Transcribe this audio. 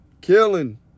killing